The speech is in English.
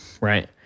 right